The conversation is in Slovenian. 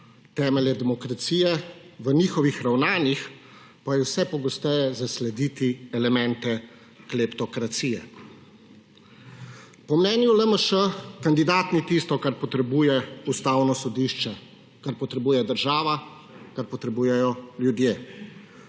temelje demokracije, v njihovih ravnanjih pa je vse pogosteje zaslediti elemente kleptokracije. Po mnenju LMŠ kandidat ni tisto, kar potrebuje Ustavno sodišče, kar potrebuje država, kar potrebujejo ljudje.